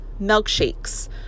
milkshakes